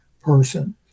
person